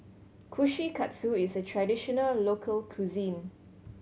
kushikatsu is a traditional local cuisine